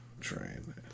Train